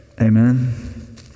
Amen